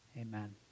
amen